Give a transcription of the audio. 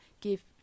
give